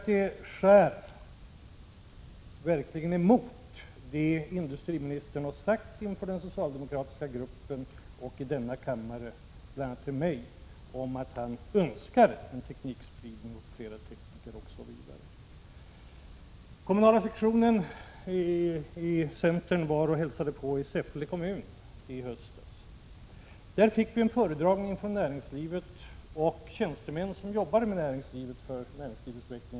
Det skär verkligen mot vad industriministern har sagt inför den socialdemokratiska gruppen och denna kammare, bl.a. till mig, om att han önskar en teknikspridning och flera tekniker. Centerns kommunala sektion hälsade på i Säffle kommun i höstas. Vi fick då en föredragning från näringslivet av tjänstemän som jobbar med näringslivet för näringslivets räkning inom kommunen.